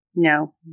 No